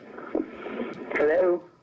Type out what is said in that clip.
Hello